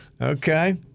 Okay